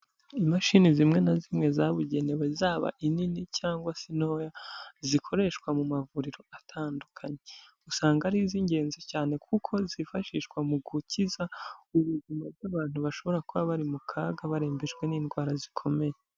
Imashini zimwe na zimwe zabugenewe zaba inini cyangwa se ntoya zikoreshwa mu mavuriro atandukanye, usanga ari iz'ingenzi cyane kuko zifashishwa mu gukiza ubuzima bw'abantu bashobora kuba bari mu kaga barembejwe n'indwara zikomeye.